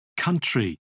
Country